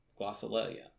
glossolalia